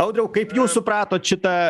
audriau kaip jūs supratot šitą